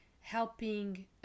helping